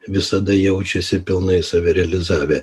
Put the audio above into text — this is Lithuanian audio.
visada jaučiasi pilnai save realizavę